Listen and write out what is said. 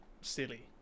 silly